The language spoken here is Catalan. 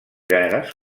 gèneres